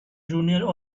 junior